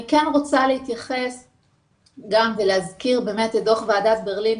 אני רוצה להזכיר את דוח ועדת ברלינר,